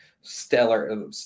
Stellar –